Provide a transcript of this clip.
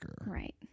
Right